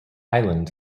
island